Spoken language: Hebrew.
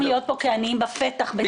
להיות פה כעניים בפתח בצורה לא מכבדת.